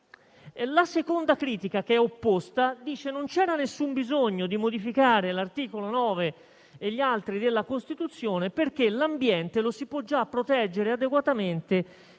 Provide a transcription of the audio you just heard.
La seconda critica è opposta e sostiene che non ci sia nessun bisogno di modificare l'articolo 9 e le altre norme della Costituzione, perché l'ambiente si può già proteggere adeguatamente